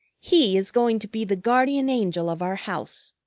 he is going to be the guardian angel of our house.